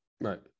Right